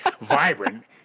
vibrant